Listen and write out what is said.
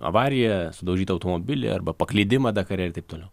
avariją sudaužyt automobilį arba paklydimą dakare ir taip toliau